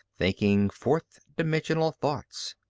thinking fourth-dimensional thoughts.